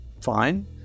fine